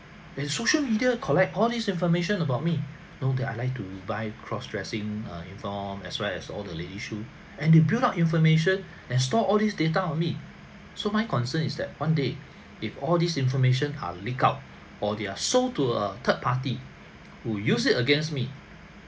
when social media collect all these information about me you know that I like to buy cross dressing err uniform as well as all the lady shoe and they build up information and store all these data on me so my concern is that one day if all this information are leaked out or they are sold to a third party who use it against me